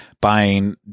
buying